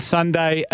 Sunday